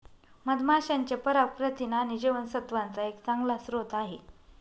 मधमाशांचे पराग प्रथिन आणि जीवनसत्त्वांचा एक चांगला स्रोत आहे